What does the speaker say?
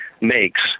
makes